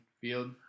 field